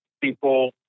people